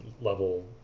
level